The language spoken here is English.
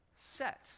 set